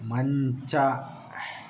ಮಂಚ